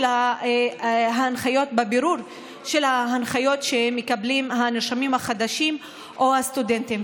ההנחיות שמקבלים הנרשמים החדשים או הסטודנטים.